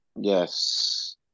Yes